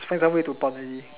must find some way to pon already